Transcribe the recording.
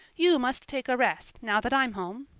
you must take a rest, now that i'm home.